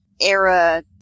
era